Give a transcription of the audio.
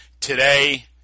today